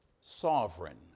sovereign